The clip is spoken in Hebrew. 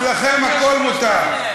אצלכם הכול מותר.